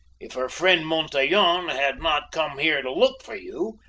if her friend montaiglon had not come here to look for you,